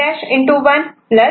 0 असे होईल